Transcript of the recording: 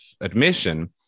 admission